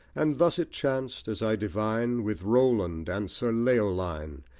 and thus it chanced, as i divine, with roland and sir leoline.